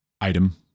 item